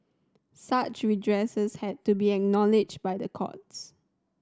such redress had to be acknowledged by the courts